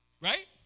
right